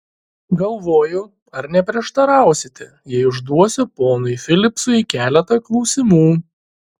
galvoju ar neprieštarausite jei užduosiu ponui filipsui keletą klausimų